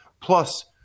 Plus